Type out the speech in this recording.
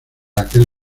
aquel